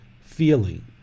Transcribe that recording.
feeling